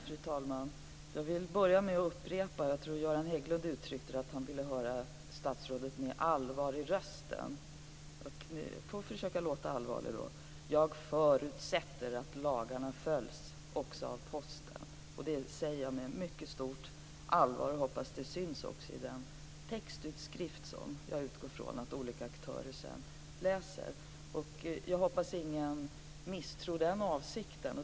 Fru talman! Jag vill börja med att upprepa vad jag sade - Göran Hägglund ville höra statsrådet säga det med allvar i rösten, så jag får väl försöka låta allvarlig: Jag förutsätter att lagarna följs också av Posten. Detta säger jag med mycket stort allvar, och jag hoppas att det syns också i den utskrift som jag utgår från att olika aktörer sedan läser. Jag hoppas att ingen misstror den avsikten.